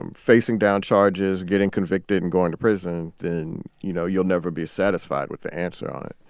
um facing down charges, getting convicted and going to prison, then, you know, you'll never be satisfied with the answer on it